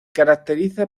caracteriza